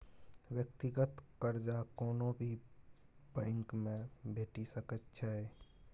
व्यक्तिगत कर्जा कोनो भी बैंकमे भेटि सकैत छै